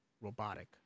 robotic